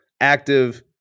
active